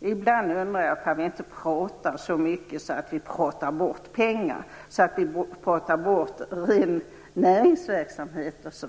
Ibland undrar jag om vi inte pratar så mycket att vi pratar bort pengar, pratar bort ren näringsverksamhet.